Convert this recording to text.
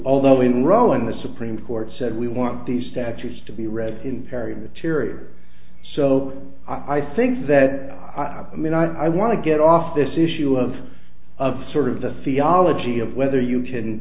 although in rowing the supreme court said we want these statutes to be read in perry material so i think that i mean i want to get off this issue of of sort of the fiala g of whether you can